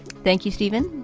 thank you, stephen.